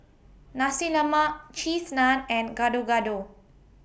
Nasi Lemak Cheese Naan and Gado Gado